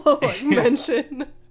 mention